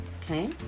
okay